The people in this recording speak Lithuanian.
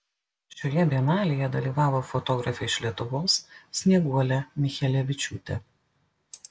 šioje bienalėje dalyvavo fotografė iš lietuvos snieguolė michelevičiūtė